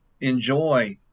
enjoy